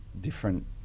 different